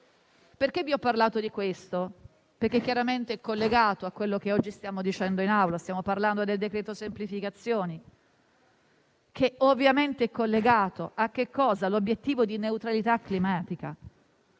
Vi ho parlato di questo perché è chiaramente collegato a quello che oggi stiamo dicendo in Aula, dove stiamo parlando del decreto semplificazioni, che ovviamente è collegato all'obiettivo di neutralità climatica.